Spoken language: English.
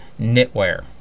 Knitwear